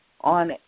on